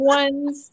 ones